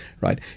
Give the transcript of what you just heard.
right